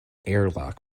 airlock